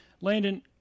Landon